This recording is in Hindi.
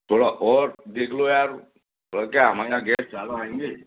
थोड़ा और देख लो यार और क्या हमारे यहाँ गेस्ट ज़्यादा आएंगे